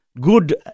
good